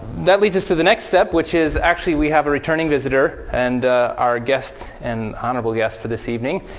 that leads us to the next step, which is actually we have a returning visitor and our guest and honorable guest for this evening.